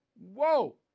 whoa